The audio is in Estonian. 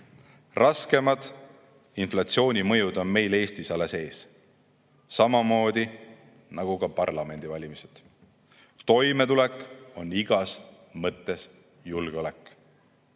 Raskemad inflatsiooni mõjud on meil Eestis alles ees, samamoodi nagu ka parlamendivalimised. Toimetulek on igas mõttes julgeolek.